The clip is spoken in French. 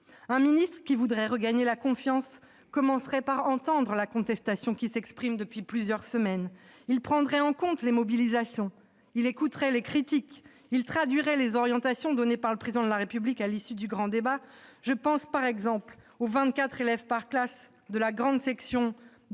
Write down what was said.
Un ministre qui voudrait regagner la confiance commencerait par entendre la contestation qui s'exprime depuis plusieurs semaines, il prendrait en compte les mobilisations, il écouterait les critiques, il traduirait les orientations données par le Président de la République à l'issue du grand débat- je pense par exemple à l'objectif de 24 élèves par classe, de la grande section